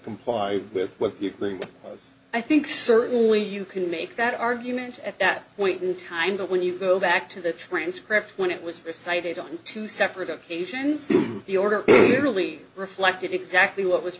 comply with what you think i think certainly you can make that argument at that point in time but when you go back to the transcript when it was recited on two separate occasions the order really reflected exactly what was